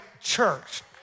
church